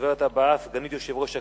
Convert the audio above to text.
הדוברת הבאה, סגנית יושב-ראש הכנסת,